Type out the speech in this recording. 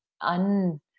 un